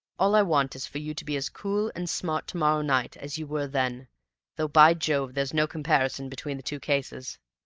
all i want is for you to be as cool and smart to-morrow night as you were then though, by jove, there's no comparison between the two cases!